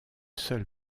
seul